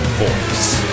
voice